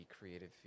creative